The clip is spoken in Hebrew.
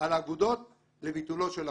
האגודות לביטולו של החוק.